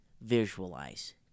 visualize